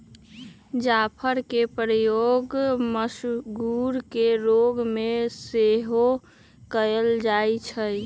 जाफरके प्रयोग मसगुर के रोग में सेहो कयल जाइ छइ